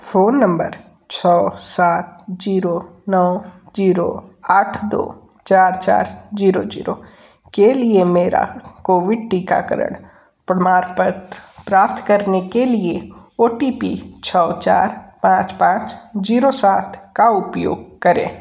phone number छः सात zero नौ जीरो आठ दो चार चार जीरो जीरो के लिए मेरा कोविड टीकाकरण प्रमाणपत्र प्राप्त करने के लिए ओ टी पी छः चार पाँच पाँच जीरो सात का उपयोग करे